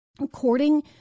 According